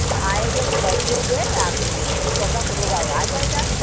आएँगे तो बैठेंगे आप जो पसंद होगा वह आ जाएगा